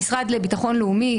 המשרד לביטחון לאומי,